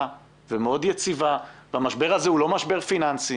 ומאוד יציבה והמשבר הזה הוא לא משבר פיננסי